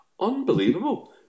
Unbelievable